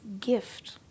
gift